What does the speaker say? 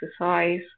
exercise